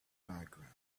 background